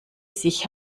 sich